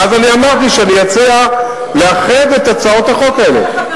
ואז אני אמרתי שאני אציע לאחד את הצעות החוק האלה.